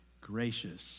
gracious